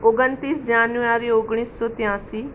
ઓગણત્રીસ જાન્યુઆરી ઓગણીસસો ત્યાંશી